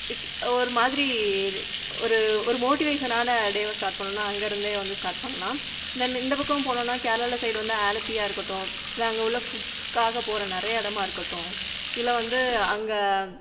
it's ஒரு மாதிரி ஒரு ஒரு மோட்டிவேஷனான டேவாக ஸ்டார்ட் பண்ணணும் அங்கிருந்தே வந்து ஸ்டார்ட் பண்ணலாம் தென் இந்த பக்கம் போனோன்னால் கேரளா சைடு வந்து ஆலப்பியாக இருக்கட்டும் இல்லை அங்கே உள்ள ஃபுட்ஸ்காக போகிற நிறைய இடமா இருக்கட்டும் இல்லை வந்து அங்கே